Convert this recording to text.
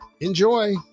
enjoy